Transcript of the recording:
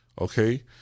okay